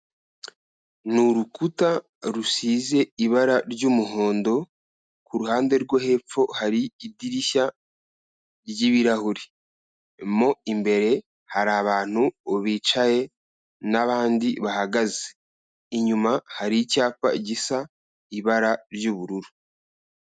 Ni urukuta rusize ibara ry'umuhondo, ku ruhande rwo hepfo hari idirishya ry'ibirahuri, mo imbere hari abantu bicaye n'abandi bahagaze, inyuma hari icyapa gisa ibara ry'ubururu.